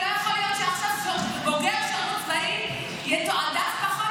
לא יכול להיות שעכשיו בוגר שירות צבאי יתועדף פחות